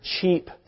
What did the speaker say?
cheap